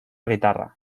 guitarra